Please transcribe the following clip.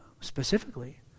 specifically